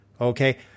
Okay